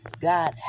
God